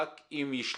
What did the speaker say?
רק אם ישלחו